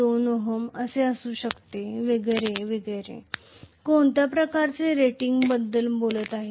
२ ohm असू शकते वगैरे वगैरे कोणत्या प्रकारचे रेटिंग बद्दल बोलत आहे